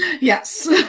yes